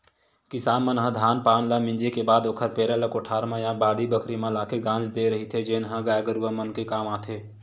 किसान मन ह धान पान ल मिंजे के बाद ओखर पेरा ल कोठार म या बाड़ी बखरी म लाके गांज देय रहिथे जेन ह गाय गरूवा मन के काम आथे